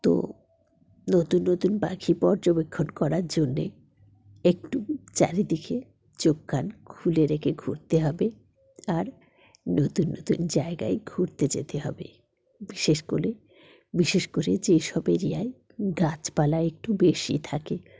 তো নতুন নতুন পাখি পর্যবেক্ষণ করার জন্যে একটু চারিদিকে চোখ কান খুলে রেখে ঘুরতে হবে আর নতুন নতুন জায়গায় ঘুরতে যেতে হবে বিশেষ করে বিশেষ করে যেসব এরিয়ায় গাছপালা একটু বেশি থাকে